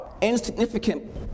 insignificant